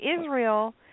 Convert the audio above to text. Israel